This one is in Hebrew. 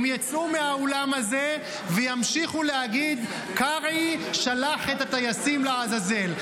הם יצאו מהאולם הזה וימשיכו להגיד: קרעי שלח את הטייסים לעזאזל.